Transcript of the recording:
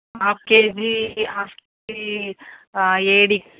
of ಕೆ ಜೀ ಆಫ್ ಕೆ ಜೀ ಏಡಿ